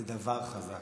זה דבר חזק.